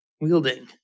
Wielding